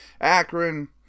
Akron